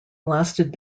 lasted